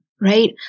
right